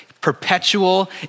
perpetual